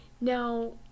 now